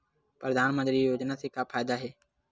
परधानमंतरी योजना से का फ़ायदा हे?